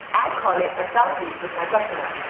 i call it a selfie with my crush and i.